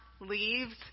leaves